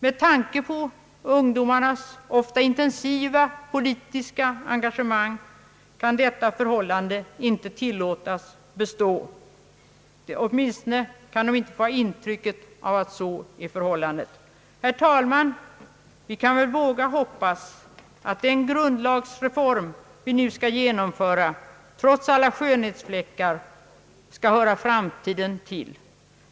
Med tanke på ungdomarnas ofta intensiva politiska engagemang kan detta förhållande inte tillåtas bestå, de kan inte få ha ett sådant intryck. Herr talman! Vi kan väl våga hoppas att den grundlagsreform vi nu skall genomföra trots alla skönhetsfläckar skall höra framtiden till.